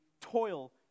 toil